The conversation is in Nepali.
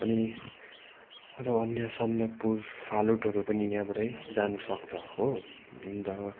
अनि अन्त अन्य सन्दकपू फालुटहरू पनि यहाँबाटै जान सकिन्छ हो अन्त